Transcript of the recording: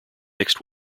mixed